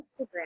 Instagram